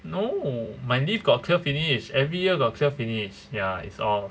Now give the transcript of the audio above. no my leave got clear finish every year got clear finish ya it's off